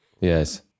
Yes